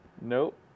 Nope